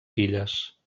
filles